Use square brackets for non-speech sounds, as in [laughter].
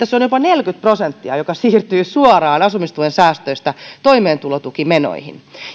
[unintelligible] se on jopa neljäkymmentä prosenttia joka siirtyy suoraan asumistuen säästöistä toimeentulotukimenoihin